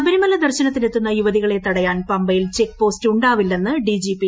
ശബരിമല ദർശനത്തിന് എത്തുന്ന യുവതികളെ തടയാൻ ന് പമ്പയിൽ ചെക്ക് പ്രോസ്റ്റ് ഉണ്ടാവില്ലെന്ന് ഡിജിപി